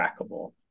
trackable